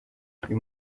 uyu